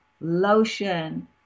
lotion